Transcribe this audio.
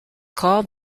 called